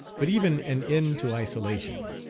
but even an end to isolation,